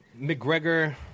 McGregor